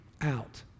out